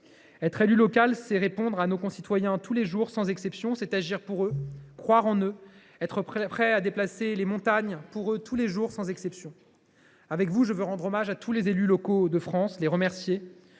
Être élu local, c’est répondre à nos concitoyens, tous les jours, sans exception. C’est agir pour eux, croire en eux, être prêt à déplacer les montagnes pour eux, tous les jours, sans exception. Avec vous, je veux rendre hommage à tous les élus locaux de France, les remercier,